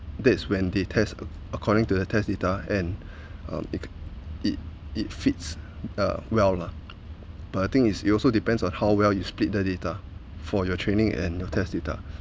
that's when they test according to the test data and uh it it it fits uh well lah but I think is it also depends on how well you split the data for your training and test data